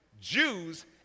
Jews